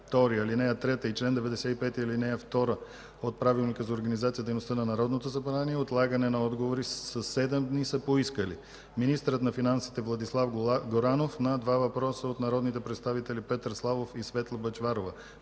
ал. 3 и чл. 95, ал. 2 от Правилника за организацията и дейността на Народното събрание отлагане на отговори със седем дни са поискали: - министърът на финансите Владислав Горанов – на два въпроса от народните представители Петър Славов и Светла Бъчварова;